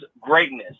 greatness